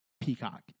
Peacock